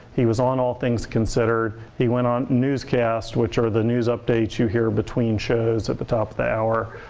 he was on all things considered. he went on news cast, which are the news updates you hear in between shows at the top of the hour.